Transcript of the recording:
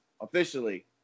officially